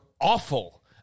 awful